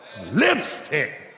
Lipstick